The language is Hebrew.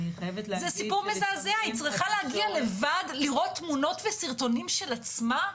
היא צריכה להגיע לבד לראות תמונות וסרטונים של עצמה?